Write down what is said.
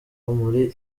muri